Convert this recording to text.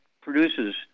produces